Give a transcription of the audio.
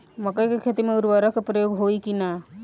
मकई के खेती में उर्वरक के प्रयोग होई की ना?